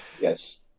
Yes